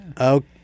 Okay